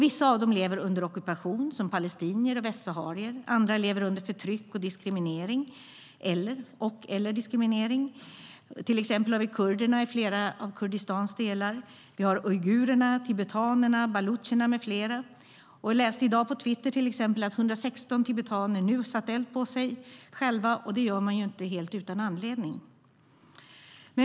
Vissa av dem lever under ockupation, som palestinier och västsaharier, andra lever under förtryck och/eller diskriminering. Till exempel har vi kurderna i flera av Kurdistans delar. Vi har uigurerna, tibetanerna, balucherna med flera. Jag läste i dag på Twitter att 116 tibetaner satt eld på sig själva, och det gör man inte helt utan anledning.